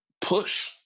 push